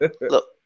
Look